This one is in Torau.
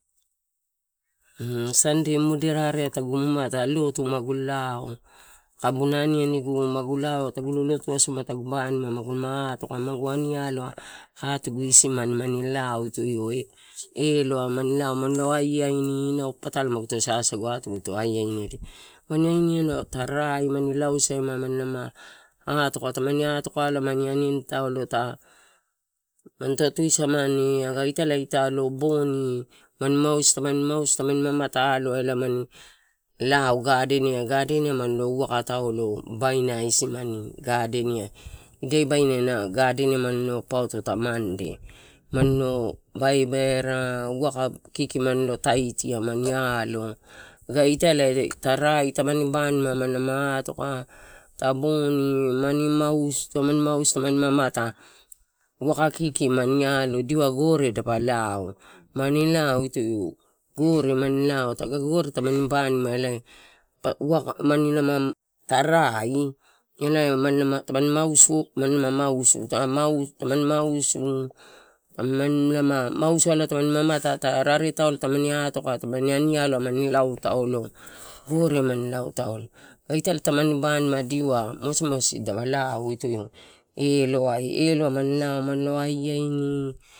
Sande moderare tagu mamata lotu magu lao, kabuna aniani gu magu lao, tagu lotu asoma tagu lo atoka, magu ani aloa atugu isimani mani lao ito elo ai mani lao, mani lo aiaini edia, mani ani aloa tarai mani lao saima, mani lama atoka, tamani aloka aloa mani aniani taulo ita. Mani to tusamani aga italae taulo ta boni, mani mausu, tamani, mausu, mausu tamani mamata aloa lago mani laotaulo gardenia, gardenia mani lo waka taulo babaina isi mani gardenia ida baina ena gardenia manilo papauto, ta mande, mani lo baibaira waka kiki mani lo alo mani lo taitia manii alo aga italai ta rai mani banima mani atoka ta bani mani mausu, tamani mausu, mausu, tamani mamata, waka kiki mani alo diua gore dapa lao. Mani lao iti gore mani iao aka gore tamani banima elae waka manilama, tarai, ela tamani mausu tamani mausu alo manimamuta ta rare taulo tamani atoka, tamani ani aloa mani lao, mani lao taulo aga ita ela diua mosimosi dapa lao iti eloai, mani lao mani lo aiaini.